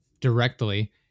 directly